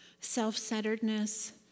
self-centeredness